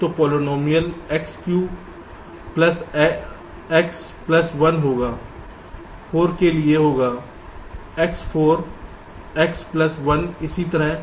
तो polynomial x cube plus x plus 1 होगा 4 के लिए होगा x 4 x प्लस 1 इसी तरह